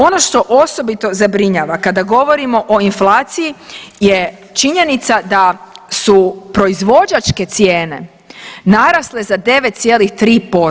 Ono što osobito zabrinjava kada govorimo o inflaciji je činjenica da su proizvođačke cijene narasle za 9,3%